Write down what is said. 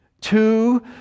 Two